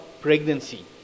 pregnancy